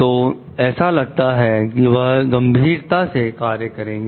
तो ऐसा लगता है कि वह गंभीरता से कार्य करेंगे